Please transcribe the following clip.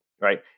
Right